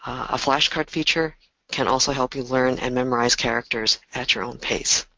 a flashcard feature can also help you learn and memorize characters at your own pace.